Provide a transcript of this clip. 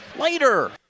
later